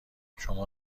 شما